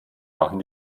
machen